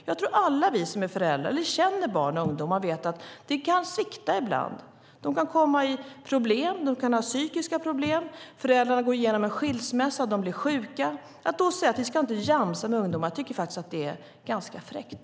Jag tror att alla vi som är föräldrar eller känner barn och ungdomar vet att det kan svikta ibland. Det kan uppstå problem. De kan ha psykiska problem, föräldrarna kan gå igenom en skilsmässa eller de kanske blir sjuka. Att säga att vi inte ska jamsa med ungdomarna tycker jag är ganska fräckt.